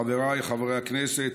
חבריי חברי הכנסת,